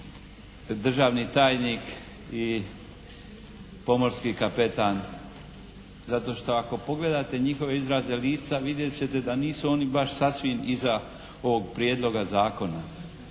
državni tajnik i pomorski kapetan. Zato šta ako pogledate njihove izraze lica vidjeti ćete da nisu oni baš sasvim iza ovog prijedloga zakona.